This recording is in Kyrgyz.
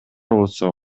болсо